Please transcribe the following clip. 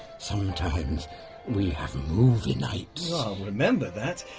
sometimes we have movie nights. i'll remember that!